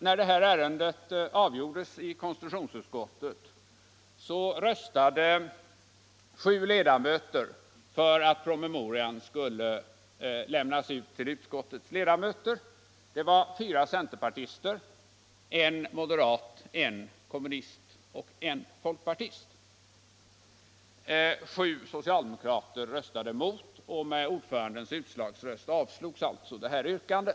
När detta ärende avgjordes i konstitutionsutskottet röstade sju ledamöter för att promemorian skulle lämnas ut till utskottets ledamöter. Det var fyra centerpartister, en moderat, en kommunist och en folkpartist. Sju socialdemokrater röstade emot, och med ordförandens utslagsröst avslogs alltså yrkandet.